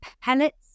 pellets